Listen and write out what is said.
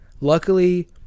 Luckily